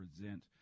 present